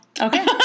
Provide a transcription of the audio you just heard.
Okay